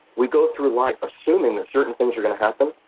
we go through life assuming certain things are going to happen.